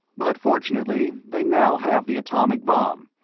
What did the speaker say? but, fortunately, they now have the atomic bomb,